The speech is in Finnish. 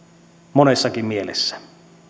monessakin mielessä